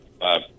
five